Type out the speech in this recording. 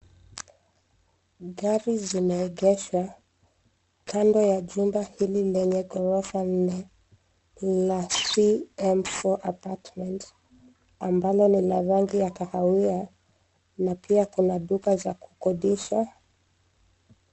Gari zimeegeshwa, kando ya jumba hili lenye ghorofa nne, la C M four apartment , ambalo lina rangi ya kahawia, na pia kuna duka za kukodisha.